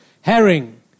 Herring